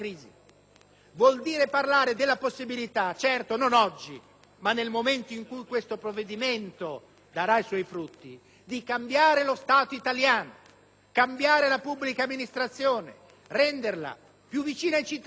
vuol dire parlare della possibilità - certo non oggi, ma nel momento in cui questo provvedimento darà i suoi frutti - di cambiare lo Stato italiano, di cambiare la pubblica amministrazione, rendendola più vicina ai cittadini